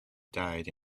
died